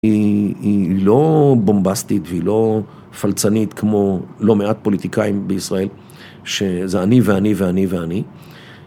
היא לא בומבסטית, והיא לא פלצנית כמו לא מעט פוליטיקאים בישראל, שזה "אני ואני ואני ואני".